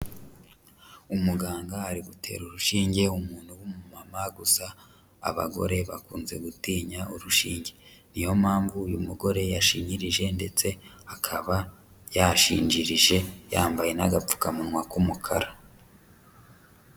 Umuganga ari gutera urushinge umuntu w'umumama, gusa abagore bakunze gutinya urushinge, niyo mpamvu uyu mugore yashinyirije ndetse akaba yashinjirije, yambaye n'agapfukamunwa k'umukara.